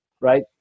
right